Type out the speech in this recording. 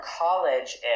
college